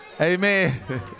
Amen